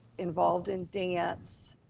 involved in dance,